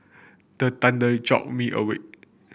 the thunder jolt me awake